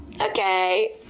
Okay